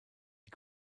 die